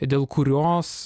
dėl kurios